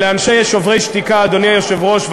לאנשי "שוברים שתיקה" אדוני היושב-ראש,